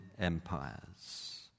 empires